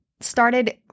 started